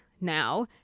now